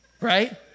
Right